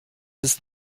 ist